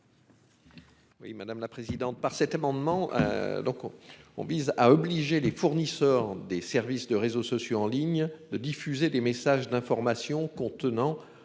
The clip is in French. Oui madame la présidente par cet amendement. Donc on on vise à obliger les fournisseurs des services de réseaux sociaux en ligne de diffuser des messages d'information contenant